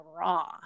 raw